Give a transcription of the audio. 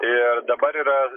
ir dabar yra